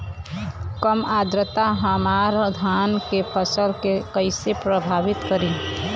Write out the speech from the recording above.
कम आद्रता हमार धान के फसल के कइसे प्रभावित करी?